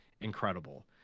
incredible